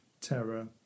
terror